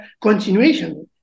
continuation